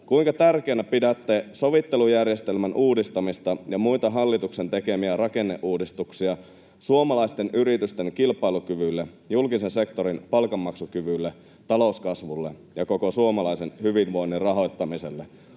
kuinka tärkeänä pidätte sovittelujärjestelmän uudistamista ja muita hallituksen tekemiä rakenneuudistuksia suomalaisten yritysten kilpailukyvylle, julkisen sektorin palkanmaksukyvylle, talouskasvulle ja koko suomalaisen hyvinvoinnin rahoittamiselle?